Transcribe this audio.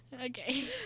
Okay